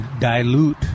dilute